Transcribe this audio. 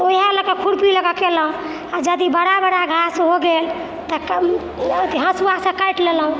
तऽ वएह लऽ कऽ खुरपी लऽ कऽ केलहुँ आओर यदि बड़ा बड़ा घास हो गेल तऽ अथी हसुआसँ काटि लेलहुँ